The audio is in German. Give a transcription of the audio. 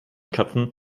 köpfen